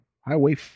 highway